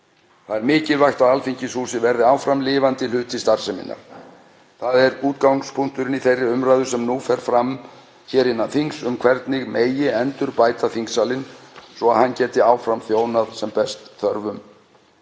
Það er mikilvægt að Alþingishúsið verði áfram lifandi hluti starfseminnar. Það er útgangspunkturinn í þeirri umræðu sem nú fer fram hér innan þings um hvernig megi endurbæta þingsalinn svo að hann geti áfram þjónað sem best þörfum